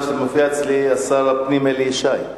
מופיע אצלי שהשר המשיב הוא שר הפנים אלי ישי.